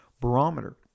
barometer